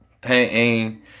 Painting